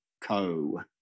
co